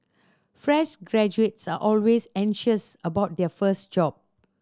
fresh graduates are always anxious about their first job